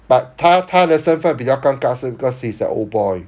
but 他他的身份比较尴尬是 because he's a old boy